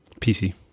pc